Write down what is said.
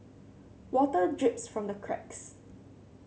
water drips from the cracks